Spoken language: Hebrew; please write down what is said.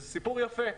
זה סיפור יפה.